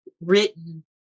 written